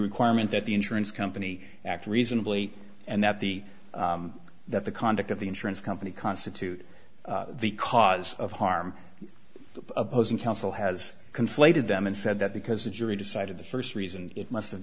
requirement that the insurance company act reasonably and that the that the conduct of the insurance company constitute the cause of harm the opposing counsel has conflated them and said that because the jury decided the first reason it must have